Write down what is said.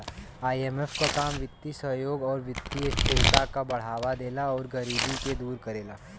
IMF क काम वित्तीय सहयोग आउर वित्तीय स्थिरता क बढ़ावा देला आउर गरीबी के दूर करेला